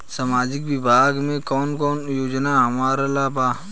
सामाजिक विभाग मे कौन कौन योजना हमरा ला बा?